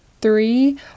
three